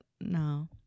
no